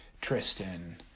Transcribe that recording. Tristan